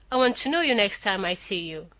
i want to know you next time i see you.